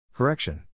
Correction